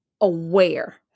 aware